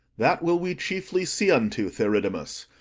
that will we chiefly see unto, theridamas,